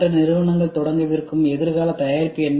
மற்ற நிறுவனங்கள் தொடங்கவிருக்கும் எதிர்கால தயாரிப்பு என்ன